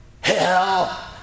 Hell